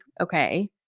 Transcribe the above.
okay